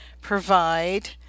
provide